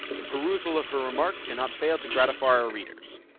the perusal of her remarks cannot fail to gratify our readers.